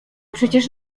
przecież